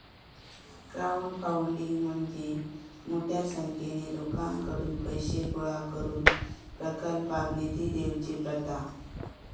crowdfunding म्हणजे मोठ्या संख्येन लोकांकडुन पैशे गोळा करून प्रकल्पाक निधी देवची प्रथा